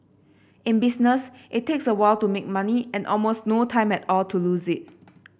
in business it takes a while to make money and almost no time at all to lose it